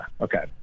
Okay